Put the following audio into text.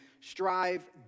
strive